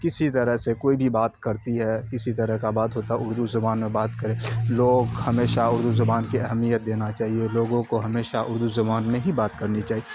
کسی طرح سے کوئی بھی بات کرتی ہے کسی طرح کا بات ہوتا ہے اردو زبان میں بات کرے لوگ ہمیشہ اردو زبان کی اہمیت دینا چاہیے لوگوں کو ہمیشہ اردو زبان میں ہی بات کرنی چاہیے